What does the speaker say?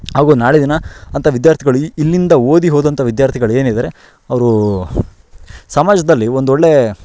ಹಾಗೂ ನಾಳೆ ದಿನ ಅಂತ ವಿದ್ಯಾರ್ಥಿಗಳು ಈ ಇಲ್ಲಿಂದ ಓದಿ ಹೋದಂಥ ವಿದ್ಯಾರ್ಥಿಗಳು ಏನಿದ್ದಾರೆ ಅವರು ಸಮಾಜದಲ್ಲಿ ಒಂದೊಳ್ಳೆ